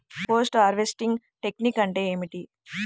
Post harvesting technique అంటే ఏమిటీ?